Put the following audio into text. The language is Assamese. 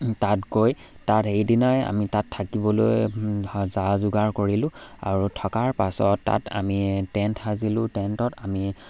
তাত গৈ তাত সেইদিনাই আমি তাত থাকিবলৈ যা যোগাৰ কৰিলোঁ আৰু থকাৰ পাছত তাত আমি টেণ্ট সাজিলোঁ টেণ্টত আমি